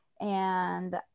and-